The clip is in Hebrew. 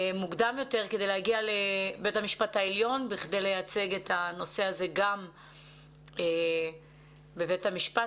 מוקדם יותר כדי להגיע לבג"צ בכדי לייצג את הנושא הזה גם בבית המשפט,